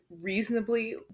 reasonably